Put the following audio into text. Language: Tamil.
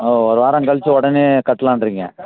ஆ ஒரு வாரம் கழிச்சி உடனே கட்டலாம்றிங்க